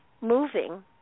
moving